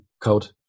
code